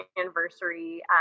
anniversary